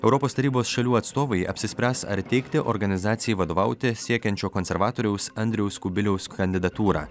europos tarybos šalių atstovai apsispręs ar teikti organizacijai vadovauti siekiančio konservatoriaus andriaus kubiliaus kandidatūrą